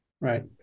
right